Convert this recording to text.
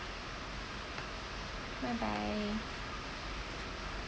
bye bye